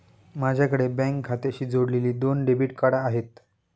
माझ्याकडे बँक खात्याशी जोडलेली दोन डेबिट कार्ड आहेत